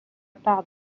part